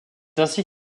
ainsi